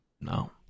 No